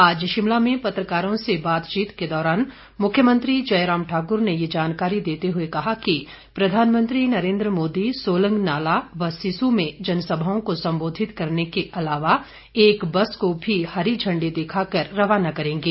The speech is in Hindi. आज शिमला में पत्रकारों से बातचीत के दौरान मुख्यमंत्री जयराम ठाकर ने ये जानकारी देते हुए कहा कि प्रधानमंत्री नरेन्द्र मोदी सोलंग नाला व सिस्सू में जनसभाओं को संबोधित करने के अलावा एक बस को भी हरी झंडी दिखाकर रवाना करेंगे